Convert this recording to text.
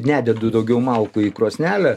nededu daugiau malkų į krosnelę